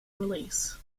release